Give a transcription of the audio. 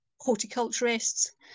horticulturists